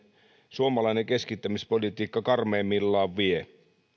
suomalainen keskittämispolitiikka karmeimmillaan vie